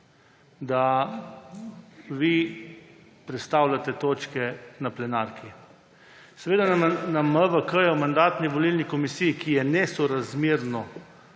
da vi prestavljate točke na plenarki. Seveda na Mandatno-volilni komisiji, ki je nesorazmerno